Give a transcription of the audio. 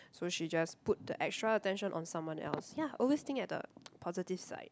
so she just put the extra attention on someone else ya always think at the positive side